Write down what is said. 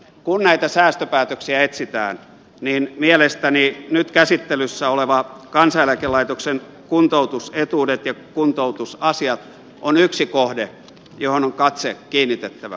kun näitä säästöpäätöksiä etsitään mielestäni nyt käsittelyssä olevat kansaneläkelaitoksen kuntoutusetuudet ja kuntoutusasiat ovat yksi kohde johon on katse kiinnitettävä